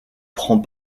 prend